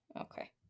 Okay